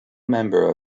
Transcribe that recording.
member